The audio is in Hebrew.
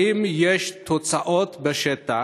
האם יש תוצאות בשטח?